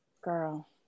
Girl